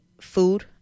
food